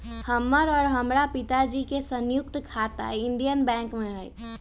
हमर और हमरा पिताजी के संयुक्त खाता इंडियन बैंक में हई